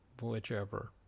Whichever